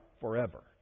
forever